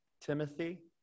Timothy